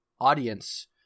audience